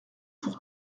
pour